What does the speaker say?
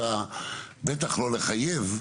בטח לא לחייב,